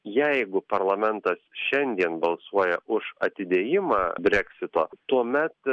jeigu parlamentas šiandien balsuoja už atidėjimą breksito tuomet